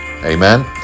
amen